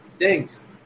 Thanks